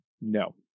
no